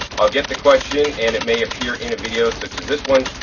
i'll get the question and it may appear in a video such as this one.